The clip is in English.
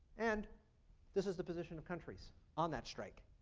and this is the position of countries on that strike.